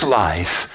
life